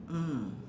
mm